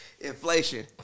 Inflation